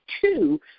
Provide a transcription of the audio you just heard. two